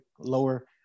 lower